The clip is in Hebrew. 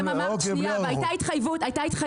אוקיי, בלי החוק.